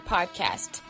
Podcast